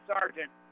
Sergeant